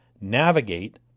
navigate